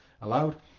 allowed